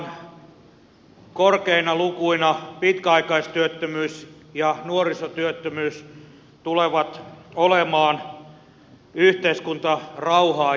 jatkuessaan korkeina lukuina pitkäaikaistyöttömyys ja nuorisotyöttömyys tulevat olemaan yhteiskuntarauhaa järkyttäviä asioita